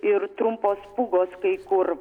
ir trumpos pūgos kai kur